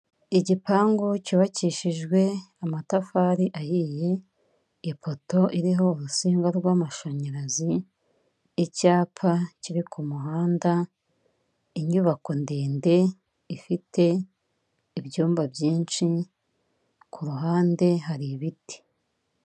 Igipangu cyubakishijwe amatafari ahiye. Ipoto iriho urusinga rw'amashanyarazi. Icyapa kiri ku muhanda. Inyubako ndende ifite ibyumba byinshi. Ku ruhande hari ibiti.